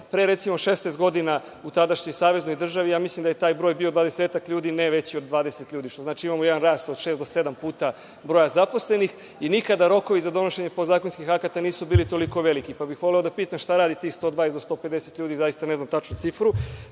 Pre, recimo, 16 godina u tadašnjoj Saveznoj državi mislim da je taj broj bio dvadesetak ljudi, ne veći od 20 ljudi, što znači da imamo jedan rast od šest do sedam puta broja zaposlenih i nikada rokovi za donošenje podzakonskih akata nisu bili toliko veliki, pa bih voleo da pitam šta rade tih 120 do 150 ljudi. Zaista ne znam tačnu cifru,